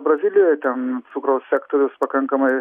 brazilijoj ten cukraus sektorius pakankamai